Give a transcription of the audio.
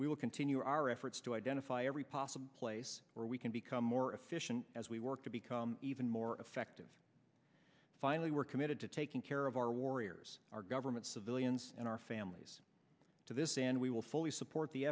will continue our efforts to identify every possible place where we can become more efficient as we work to become even more effective finally we're committed to taking care of our warriors our government civilians and our families to this and we will fully support the